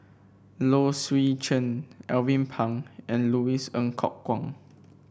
Low Swee Chen Alvin Pang and Louis Ng Kok Kwang